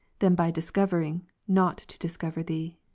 than by discovering not to discover thee.